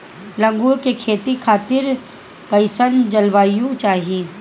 अंगूर के खेती खातिर कइसन जलवायु चाही?